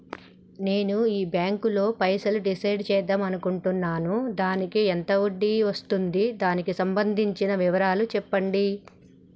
నేను ఈ బ్యాంకులో పైసలు డిసైడ్ చేద్దాం అనుకుంటున్నాను దానికి ఎంత వడ్డీ వస్తుంది దానికి సంబంధించిన వివరాలు చెప్పండి?